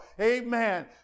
Amen